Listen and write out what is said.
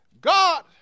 God